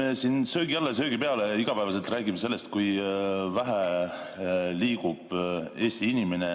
Me siin söögi alla ja söögi peale iga päev räägime sellest, kui vähe liigub Eesti inimene